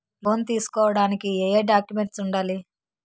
Loan తీసుకోడానికి ఏయే documents వుండాలి?